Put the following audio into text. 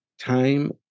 Time